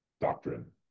doctrine